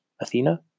Athena